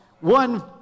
One